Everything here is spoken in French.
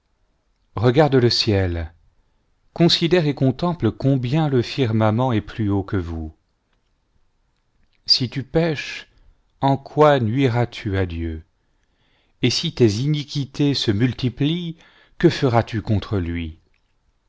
regarde le ciel considère et contemple combien le firmament est plus haut que vous si tu pèches en quoi nuiras-tu à dieu et si tes iniquités se multiplient que feras-tu contre lui